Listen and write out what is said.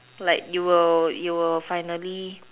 like you will you will finally